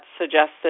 suggested